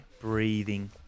breathing